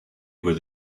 were